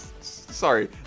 sorry